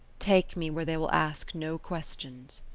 take me where they will ask no questions